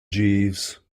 jeeves